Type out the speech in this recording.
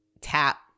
tap